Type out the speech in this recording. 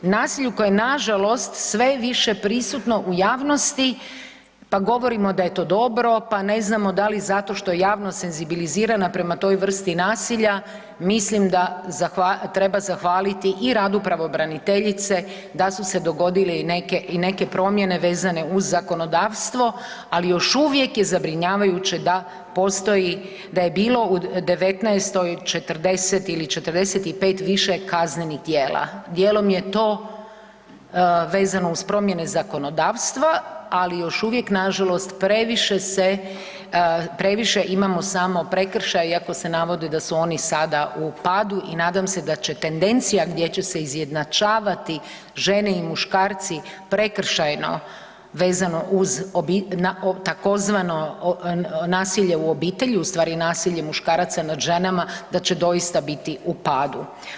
Nasilje u koje nažalost sve više prisutno u javnosti, pa govorimo da je to dobro, pa ne znamo da li zato što javno senzibilizirana prema toj vrsti nasilja, mislim da treba zahvaliti i radu pravobraniteljice da su se dogodile i neke promjene vezane uz zakonodavstvo ali još uvijek je zabrinjavajuće da postoji, da je bilo u '19. 40 ili 45 više kaznenih dijela, dijelom je to vezano uz promjene zakonodavstva, ali još uvijek nažalost previše se, previše imamo samo prekršaja iako se navodi da su oni sada u padu i nadam se da će tendencija gdje će se izjednačavati žene i muškarci prekršajno vezano uz obitelj, na takozvano nasilje u obitelji, u stvari nasilje muškaraca nad ženama da će doista biti u padu.